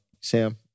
Sam